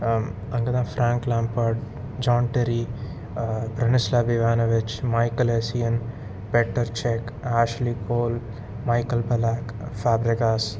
அங்கே தான் Frank Lampard John Terry Branislav Ivanovic Michael Essien Petr Cech Ashley Cole Michael Ballack Fabregas